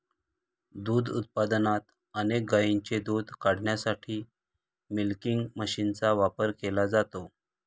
दूध उत्पादनात अनेक गायींचे दूध काढण्यासाठी मिल्किंग मशीनचा वापर केला जातो